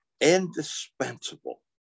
indispensable